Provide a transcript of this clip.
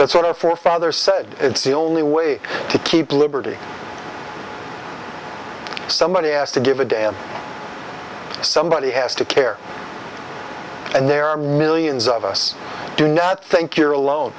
that's what our forefathers said it's the only way to keep liberty somebody has to give a damn somebody has to care and there are millions of us do not think you're alone